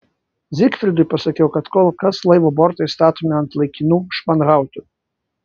zygfridui pasakiau kad kol kas laivo bortai statomi ant laikinų španhautų